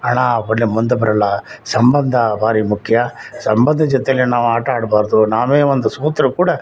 ಹಣ ಒಳ್ಳೆ ಮುಂದು ಬರೋಲ್ಲ ಸಂಬಂಧ ಭಾರಿ ಮುಖ್ಯ ಸಂಬಂಧ ಜೊತೆಯಲ್ಲಿ ನಾವು ಆಟ ಆಡಬಾರ್ದು ನಾವೇ ಒಂದು ಸೋತರೂ ಕೂಡ